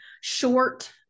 short